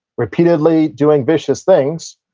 repeatedly doing vicious things,